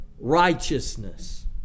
righteousness